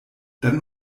dann